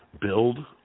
build